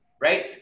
Right